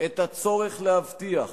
את הצורך להבטיח